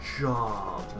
job